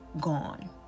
gone